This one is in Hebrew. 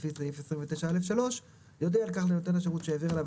לפי סעיף 29(א)(3) יודיע על כך לנותן השירות שהעביר אליו